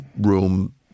room